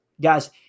Guys